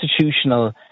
constitutional